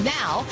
now